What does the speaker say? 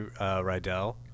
Rydell